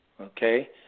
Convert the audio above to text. Okay